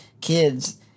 kids